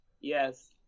yes